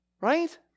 right